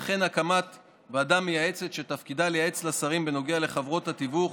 וכן הקמת ועדה מייעצת שתפקידה לייעץ לשרים בנוגע לחברות התיווך